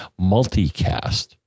multicast